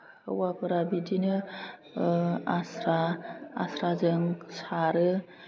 हौवाफोरा बिदिनो आस्रा आस्राजों सारो